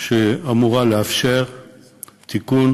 שאמורה לאפשר תיקון,